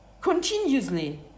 Continuously